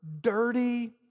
dirty